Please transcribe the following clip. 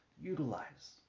utilize